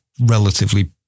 relatively